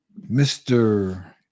Mr